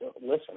listen